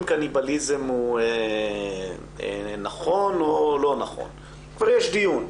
קניבליזם הוא נכון או לא נכון ויש דיון.